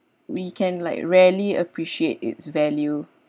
we can like rarely appreciate its value